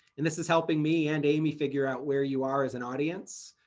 and this is helping me and amy figure out where you are as an audience.